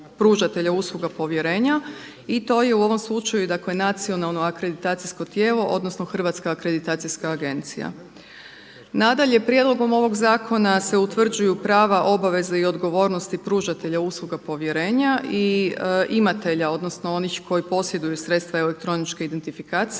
pružatelja usluga povjerenja i to je u ovom slučaju dakle nacionalno akreditacijsko tijelo odnosno Hrvatska akreditacijska agencija. Nadalje, prijedlogom ovoga zakona se utvrđuju prava, obaveze i odgovornosti pružatelja usluga povjerenja i imatelja odnosno onih koji posjeduju sredstva elektroničke identifikacije.